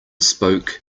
spoke